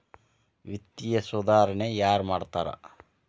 ವಿತ್ತೇಯ ಸುಧಾರಣೆ ಯಾರ್ ಮಾಡ್ತಾರಾ